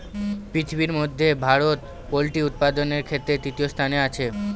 পৃথিবীর মধ্যে ভারত পোল্ট্রি উৎপাদনের ক্ষেত্রে তৃতীয় স্থানে আছে